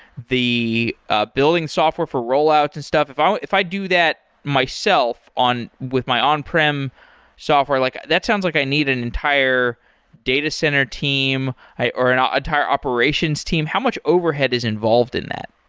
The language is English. the ah building software for rollout and stuff? if i if i do that myself on with my on-prem software, like that sounds like i need an entire data center team, or an ah entire operations team. how much overhead is involved in that?